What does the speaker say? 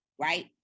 right